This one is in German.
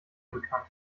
bekannt